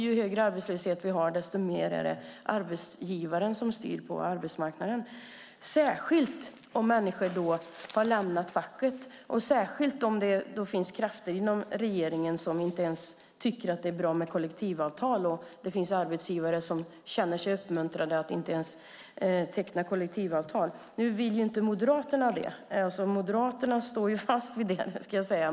Ju högre arbetslöshet vi har, desto mer är det arbetsgivaren som styr på arbetsmarknaden, särskilt om människor har lämnat facket och särskilt om det finns krafter inom regeringen som inte ens tycker att det är bra med kollektivavtal. Det finns arbetsgivare som känner sig uppmuntrade att inte ens teckna kollektivavtal. Nu vill inte Moderaterna det. Moderaterna står fast vid det.